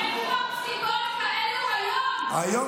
איפה הפסיקות האלה כיום?